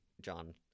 John